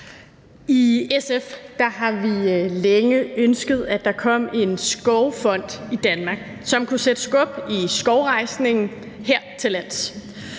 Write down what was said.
I SF har vi længe ønsket, at der kom en skovfond i Danmark, som kunne sætte skub i skovrejsningen hertillands,